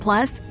Plus